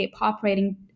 operating